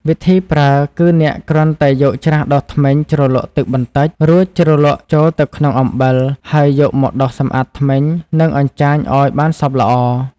វិធីប្រើគឺអ្នកគ្រាន់តែយកច្រាសដុសធ្មេញជ្រលក់ទឹកបន្តិច រួចជ្រលក់ចូលទៅក្នុងអំបិល ហើយយកមកដុសសម្អាតធ្មេញ និងអញ្ចាញឲ្យបានសព្វល្អ។